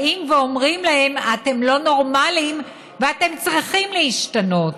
באים ואומרים להם: אתם לא נורמליים ואתם צריכים להשתנות.